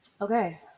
Okay